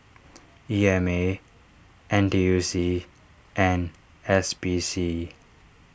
E M A N T U C and S P C